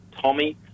Tommy